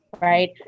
Right